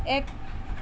এক